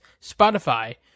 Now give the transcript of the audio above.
Spotify